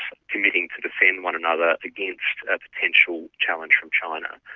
committing to defend one another against a potential challenge from china.